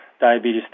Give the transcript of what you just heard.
diabetes